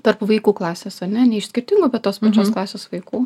tarp vaikų klasės ane ne iš skirtingų tos pačios klasės vaikų